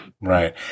Right